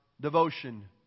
devotion